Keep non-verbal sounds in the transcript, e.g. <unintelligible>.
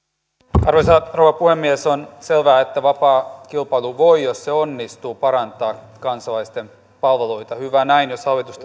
arvoisa rouva puhemies on selvää että vapaa kilpailu voi jos se onnistuu parantaa kansalaisten palveluita hyvä näin jos hallitus <unintelligible>